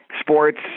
sports